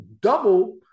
double